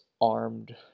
armed